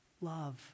love